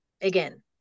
again